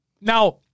Now